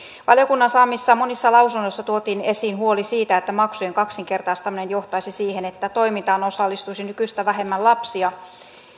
valiokunnan saamissa monissa lausunnoissa tuotiin esiin huoli siitä että maksujen kaksinkertaistaminen johtaisi siihen että toimintaan osallistuisi nykyistä vähemmän lapsia